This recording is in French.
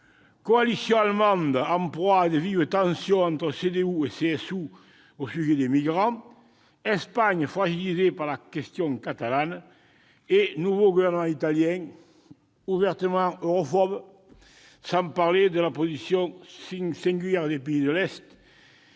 coalition allemande en proie à de vives tensions entre CDU et CSU au sujet des migrants, Espagne fragilisée par la question catalane et nouveau gouvernement italien ouvertement europhobe, sans parler de la position singulière des pays de l'Est